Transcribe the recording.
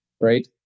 right